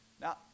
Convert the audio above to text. Now